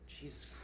Jesus